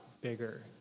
bigger